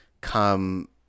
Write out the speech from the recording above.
come